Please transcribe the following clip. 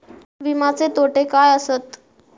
विमाचे तोटे काय आसत?